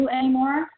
anymore